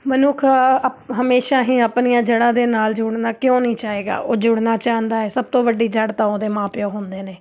ਮਨੁੱਖ ਅਪ ਹਮੇਸ਼ਾ ਹੀ ਆਪਣੀਆਂ ਜੜ੍ਹਾਂ ਦੇ ਨਾਲ ਜੁੜਨਾ ਕਿਉਂ ਨਹੀਂ ਚਾਹੇਗਾ ਉਹ ਜੁੜਨਾ ਚਾਹੁੰਦਾ ਹੈ ਸਭ ਤੋਂ ਵੱਡੀ ਜੜ੍ਹ ਤਾਂ ਉਹਦੇ ਮਾਂ ਪਿਓ ਹੁੰਦੇ ਨੇ